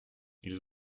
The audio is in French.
ils